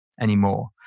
anymore